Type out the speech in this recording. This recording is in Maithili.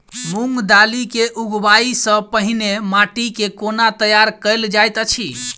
मूंग दालि केँ उगबाई सँ पहिने माटि केँ कोना तैयार कैल जाइत अछि?